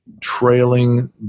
trailing